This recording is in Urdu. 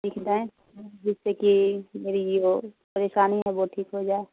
لکھ دیں جس سے کہ میری جو پریشانی ہے وہ ٹھیک ہو جائے